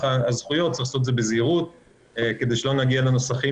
הזכויות צריך לעשות את זה בזהירות כדי שלא נגיע לנוסחים